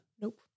Nope